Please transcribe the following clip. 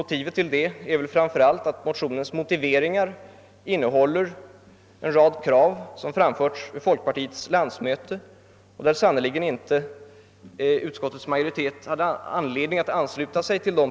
Motivet till det är framför allt att motionernas motiveringar innehåller en rad krav som framförts vid folkpartiets landsmöte — principer som utskottets majoritet sannerligen inte haft någon anledning att ansluta sig till.